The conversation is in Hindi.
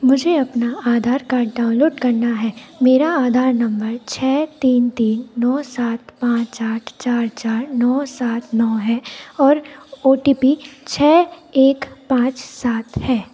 मुझे अपना आधार कार्ड डाउनलोड करना है मेरा आधार नंबर छः तीन तीन नौ सात पाँच आठ चार चार नौ सात नौ है और ओ टी पी छः एक पाँच सात है